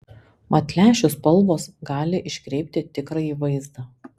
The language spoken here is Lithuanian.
mat lęšių spalvos gali iškreipti tikrąjį vaizdą